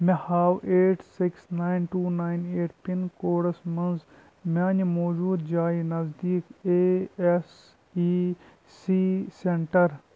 مےٚ ہاو eight six nine two nine eight pin codes مَنٛز میٛانہِ موٗجوٗدٕ جایہِ نٔزدیٖک A S E C centre